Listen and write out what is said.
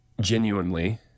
genuinely